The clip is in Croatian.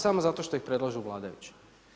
Samo zato što ih predlažu vladajući.